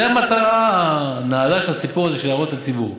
זו המטרה הנעלה של הסיפור הזה של הערות הציבור.